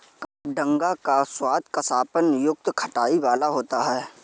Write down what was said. कबडंगा का स्वाद कसापन युक्त खटाई वाला होता है